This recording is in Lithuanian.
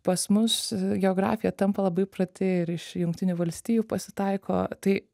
pas mus geografija tampa labai plati ir iš jungtinių valstijų pasitaiko tai